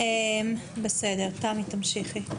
תמי, תמשיכי.